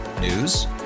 News